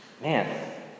Man